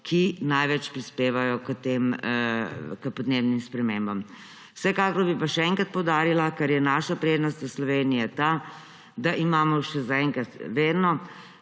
ki največ prispevajo k podnebnim spremembam. Vsekakor bi pa še enkrat poudarila, ker naša prednost v Sloveniji je ta, da imamo zaenkrat še vedno